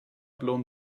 blown